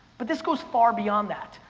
but this goes far beyond that.